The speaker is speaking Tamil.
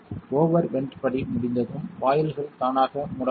ஓவர் வென்ட் படி முடிந்ததும் வாயில்கள் தானாக மூடப்படும்